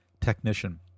technician